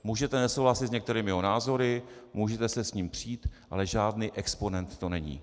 Můžete nesouhlasit s některými jeho názory, můžete se s ním přít, ale žádný exponent to není.